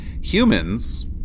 Humans